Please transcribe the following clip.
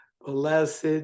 blessed